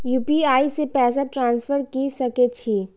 UPI से पैसा transfer की सके छी?